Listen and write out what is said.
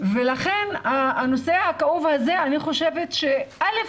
ולכן הנושא הכאוב הזה, אני חושבת שא.